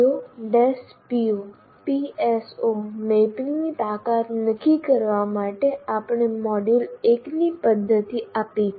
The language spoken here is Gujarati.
CO POPSO મેપિંગની તાકાત નક્કી કરવા માટે આપણે મોડ્યુલ 1 ની પદ્ધતિ આપી